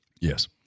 Yes